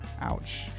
Ouch